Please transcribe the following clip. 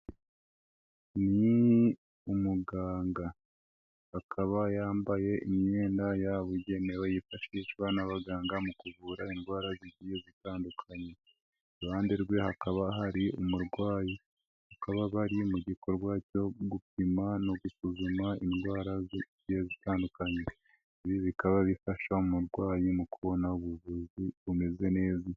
Ni umuganga. Akaba yambaye imyenda yabugenewe yifashishwa n'abaganga mu kuvura indwara zigiye zitandukanye. Iruhande rwe hakaba hari umurwayi, bakaba bari mu gikorwa cyo gupima no gusuzuma indwara zigiye zitandukanye. Ibi bikaba bifasha umurwayi mu kubona ubuvuzi bumeze neza.